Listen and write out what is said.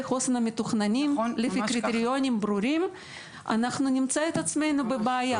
החוסן המתוכננים לפי קריטריונים ברורים נמצא את עצמנו בבעיה.